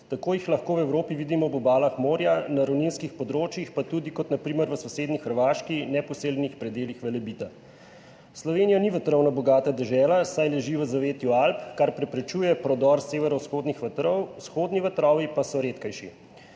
Tako jih lahko v Evropi vidimo ob obalah morja, na ravninskih področjih, pa tudi, kot na primer v sosednji Hrvaški, na neposeljenih predelih Velebita. Slovenija ni vetrovno bogata dežela, saj leži v zavetju Alp, kar preprečuje prodor severovzhodnih vetrov, vzhodni vetrovi pa so redkejši.